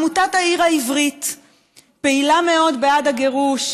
עמותת העיר העברית פעילה מאוד בעד הגירוש,